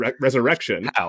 resurrection